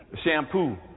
shampoo